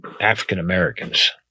African-Americans